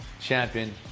champion